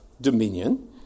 dominion